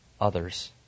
others